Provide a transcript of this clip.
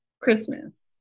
Christmas